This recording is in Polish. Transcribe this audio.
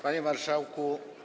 Panie Marszałku!